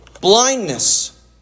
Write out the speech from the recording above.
blindness